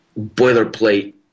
boilerplate